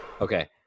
Okay